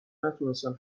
نتونستن